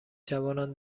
جوانان